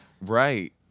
Right